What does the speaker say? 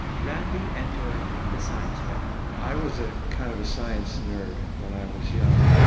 randy entered the science fair i was ah kind of a science nerd when i was young.